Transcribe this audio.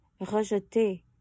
rejeté